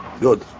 Good